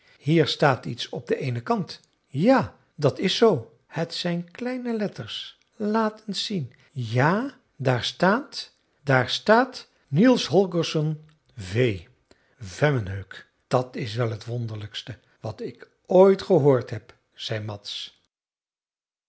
hier staat iets op den eenen kant ja dat is zoo het zijn kleine letters laat eens zien ja daar staat daar staat niels holgersson v vemmenhög dat is wel t wonderlijkste wat ik ooit gehoord heb zei mads